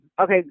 okay